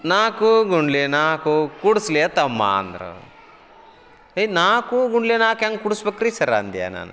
ನಾಲ್ಕು ಗುಂಡ್ಲಿ ನಾಲ್ಕು ಕೂಡ್ಸ್ಲೇ ತಮ್ಮ ಅಂದ್ರ ಹೇ ನಾಲ್ಕು ಗುಂಡ್ಲಿ ನಾಲ್ಕು ಹೆಂಗ್ ಕೂಡಿಸ್ಬೇಕ್ರಿ ಸರ ಅಂದೆ ನಾನು